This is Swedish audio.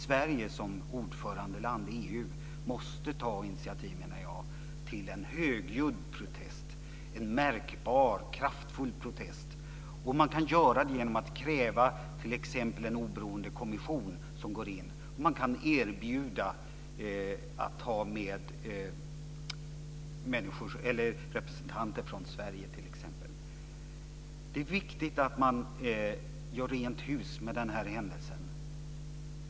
Sverige som ordförandeland i EU måste ta initiativ till en högljudd protest, en märkbar, kraftfull protest. Man kan göra det genom att kräva en oberoende kommission. Man kan erbjuda att ta med representanter från t.ex. Sverige. Det är viktigt att göra rent hus med händelsen.